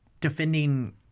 defending